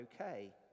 okay